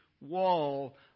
wall